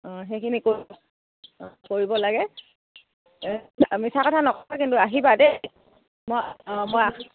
অঁ সেইখিনি অঁ কৰিব লাগে মিছা কথা নকবা কিন্তু আহিবা দেই মই অঁ মই